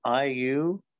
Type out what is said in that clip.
IU